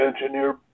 engineer